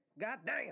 Goddamn